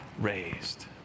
raised